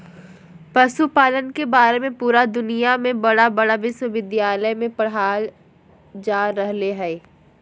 पशुपालन के बारे में पुरा दुनया में बड़ा बड़ा विश्विद्यालय में पढ़ाल जा रहले हइ